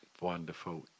Wonderful